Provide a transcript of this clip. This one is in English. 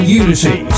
unity